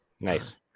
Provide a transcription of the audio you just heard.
Nice